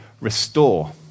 restore